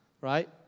right